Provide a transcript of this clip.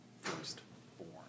firstborn